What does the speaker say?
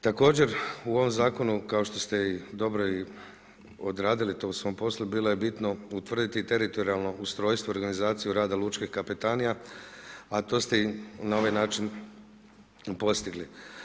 Također u ovom zakonu kao što ste i dobro odradili to u svom poslu, bilo je bitno utvrditi teritorijalno ustrojstvo i organizaciju rada lučkih kapetanija a to ste i na ovaj način postigli.